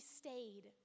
stayed